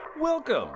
Welcome